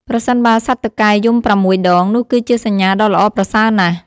ប្រសិនបើសត្វតុកែយំប្រាំមួយដង នោះគឺជាសញ្ញាដ៏ល្អប្រសើរណាស់។